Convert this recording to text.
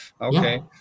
okay